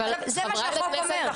זה מה שהחוק אומר.